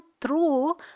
true